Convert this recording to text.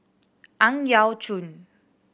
Ang Yau Choon